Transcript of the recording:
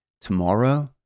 Tomorrow